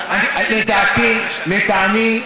לדעתי, לטעמי,